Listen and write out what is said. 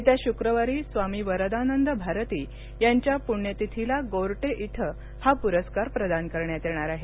येत्या शुक्रवारी स्वामी वरदानंद भारती यांच्या पुण्यतिथीला गोरटे इथं हा पुरस्कार प्रदान करण्यात येणार आहे